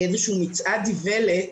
כאיזה מצעד איוולת,